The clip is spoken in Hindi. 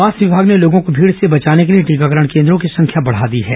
स्वास्थ्य विमाग ने लोगों को भीड़ से बचाने के लिए टीकाकरण केन्द्रों की संख्या बढ़ा दी है